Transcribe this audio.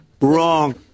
Wrong